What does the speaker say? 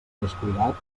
descuidat